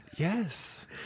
Yes